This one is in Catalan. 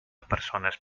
persones